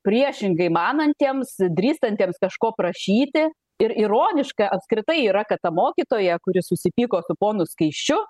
priešingai manantiems drįstantiems kažko prašyti ir ironiška apskritai yra kad ta mokytoja kuri susipyko su ponu skaisčiu